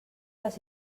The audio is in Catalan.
les